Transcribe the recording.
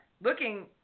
looking